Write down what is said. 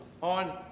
on